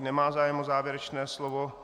Nemá zájem o závěrečné slovo.